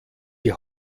die